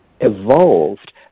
evolved